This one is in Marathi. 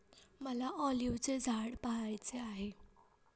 मला ऑलिव्हचे झाड पहायचे आहे